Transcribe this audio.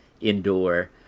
indoor